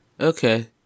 Okay